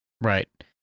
Right